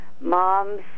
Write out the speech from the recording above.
mom's